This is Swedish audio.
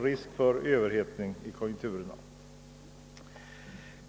risken för överhettning föreligger.